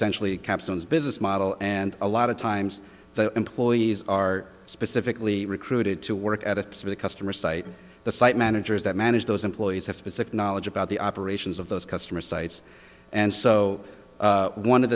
sentially capstans business model and a lot of times the employees are specifically recruited to work at a piece of the customer site the site managers that manage those employees have specific knowledge about the operations of those customer sites and so one of